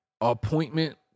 appointment